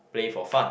play for fun